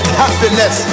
happiness